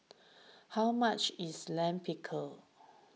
how much is Lime Pickle